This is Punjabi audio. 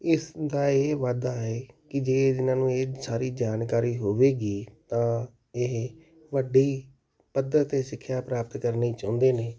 ਇਸ ਦਾ ਇਹ ਵਾਧਾ ਹੈ ਕਿ ਜੇ ਇਹਨਾਂ ਨੂੰ ਇਹ ਸਾਰੀ ਜਾਣਕਾਰੀ ਹੋਵੇਗੀ ਤਾਂ ਇਹ ਵੱਡੀ ਪੱਧਰ 'ਤੇ ਸਿੱਖਿਆ ਪ੍ਰਾਪਤ ਕਰਨੀ ਚਾਹੁੰਦੇ ਨੇ